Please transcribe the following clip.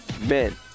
men